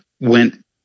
went